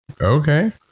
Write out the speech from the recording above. Okay